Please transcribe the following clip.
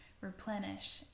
replenish